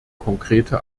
konkrete